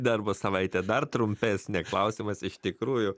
darbo savaitę dar trumpesnę klausimas iš tikrųjų